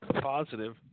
Positive